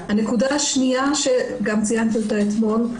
הנקודה השנייה שציינתי אתמול,